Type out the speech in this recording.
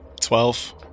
Twelve